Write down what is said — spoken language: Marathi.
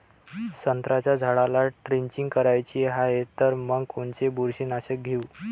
संत्र्याच्या झाडाला द्रेंचींग करायची हाये तर मग कोनच बुरशीनाशक घेऊ?